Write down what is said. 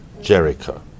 Jericho